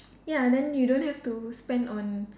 ya and then you don't have to spend on